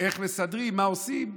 מה עושים?